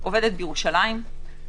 עובדת בירושלים,